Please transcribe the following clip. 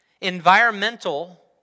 environmental